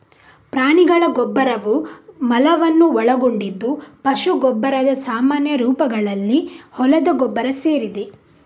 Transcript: ಪ್ರಾಣಿಗಳ ಗೊಬ್ಬರವು ಮಲವನ್ನು ಒಳಗೊಂಡಿದ್ದು ಪಶು ಗೊಬ್ಬರದ ಸಾಮಾನ್ಯ ರೂಪಗಳಲ್ಲಿ ಹೊಲದ ಗೊಬ್ಬರ ಸೇರಿದೆ